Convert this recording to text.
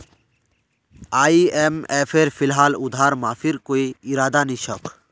आईएमएफेर फिलहाल उधार माफीर कोई इरादा नी छोक